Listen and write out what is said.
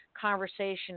conversation